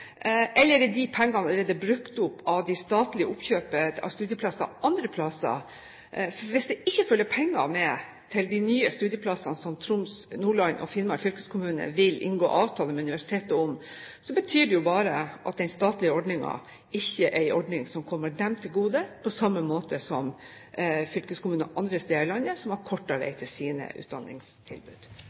nye studieplassene som Troms, Nordland og Finnmark fylkeskommuner vil inngå avtale med Universitetet om, betyr det bare at den statlige ordningen ikke er en ordning som kommer dem til gode på samme måte som for fylkeskommuner andre steder i landet, som har kortere vei til sine utdanningstilbud.